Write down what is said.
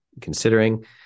considering